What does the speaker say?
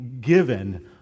given